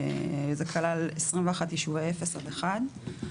זה כלל 21 יישובי אפס עד אחד.